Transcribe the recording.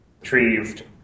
retrieved